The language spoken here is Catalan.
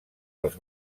els